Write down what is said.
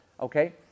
Okay